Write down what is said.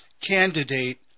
candidate